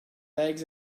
bags